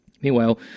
Meanwhile